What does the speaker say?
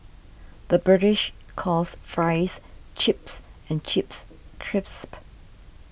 the British calls Fries Chips and Chips Crisps